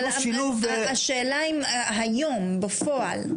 השאלה אם היום בפועל?